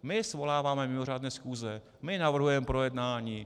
My svoláváme mimořádné schůze, my navrhujeme projednání.